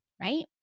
right